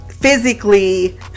physically